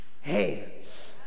hands